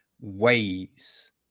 ways